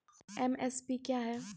MSP क्या है?